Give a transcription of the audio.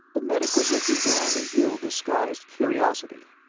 the medic was looking down in ill-disguised curiosity.